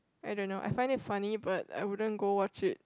I don't know I find it funny but I wouldn't go watch it